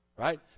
right